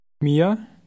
Mia